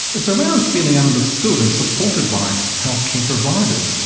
it's around feeling understood and supported by healthcare providers.